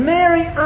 Mary